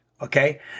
okay